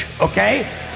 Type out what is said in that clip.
okay